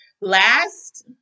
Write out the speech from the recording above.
Last